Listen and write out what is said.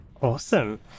Awesome